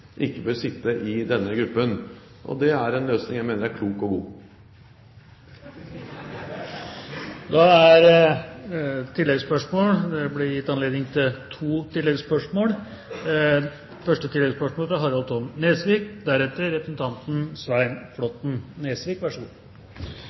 ikke bør sitte i denne gruppen. Det er en løsning jeg mener er klok og god. Det blir anledning til to oppfølgingsspørsmål – først Harald T. Nesvik.